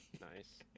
Nice